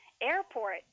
airport